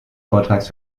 vortrages